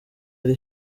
ari